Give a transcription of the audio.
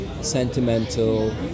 sentimental